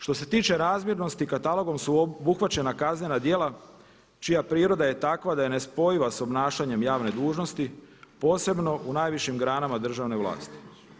Što se tiče razmjernosti katalogom su obuhvaćena kaznena djela čija priroda je takva da je nespojiva sa obnašanjem javne dužnosti posebno u najvišim granama državne vlasti.